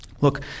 look